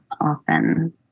often